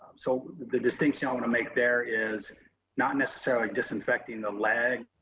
so the distinction i want to make there is not necessarily disinfecting the legs